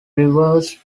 reversed